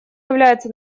является